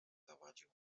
zawadził